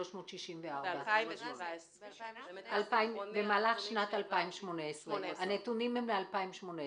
2,300. הנתונים הם מ-2018.